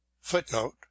Footnote